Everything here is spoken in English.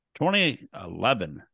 2011